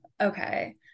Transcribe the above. okay